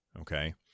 Okay